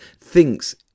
thinks